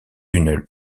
une